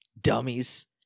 Dummies